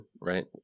right